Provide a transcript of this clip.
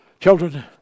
children